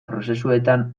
prozesuetan